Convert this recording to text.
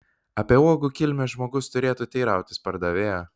apie uogų kilmę žmogus turėtų teirautis pardavėjo